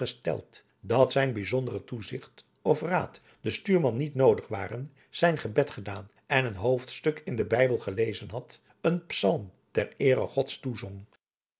gesteld dat zijn bijzondere toezigt of raad den stuurman niet noodig waren zijn gebed gedaan en een hoofdstuk in den bijbel gelezen had een psalm ter eere gods toezong